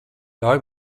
ļauj